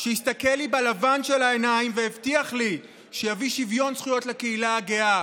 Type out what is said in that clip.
שהסתכל לי בלבן של העיניים והבטיח לי שיביא שוויון זכויות לקהילה הגאה,